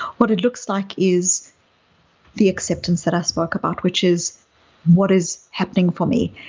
what it looks like is the acceptance that i spoke about, which is what is happening for me.